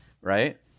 right